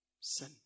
sin